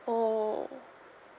oh